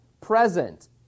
present